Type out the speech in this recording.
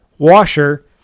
washer